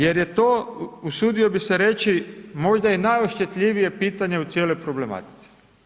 Jer je to, usudio bi se reći, možda i najosjetljivije pitanje u cijeloj problematici.